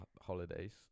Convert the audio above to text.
holidays